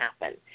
happen